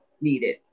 needed